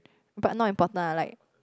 but not important are like